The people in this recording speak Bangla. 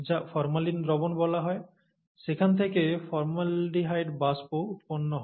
যা ফরমালিন দ্রবণ বলা হয় সেখান থেকে ফর্মালডিহাইড বাষ্প উৎপন্ন হয়